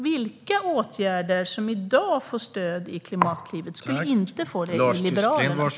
Vilka åtgärder som i dag får stöd genom Klimatklivet skulle inte få det med Liberalernas alternativ?